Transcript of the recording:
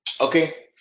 Okay